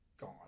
gone